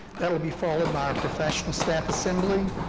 that will be followed by professional staff assembly,